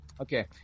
Okay